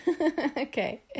Okay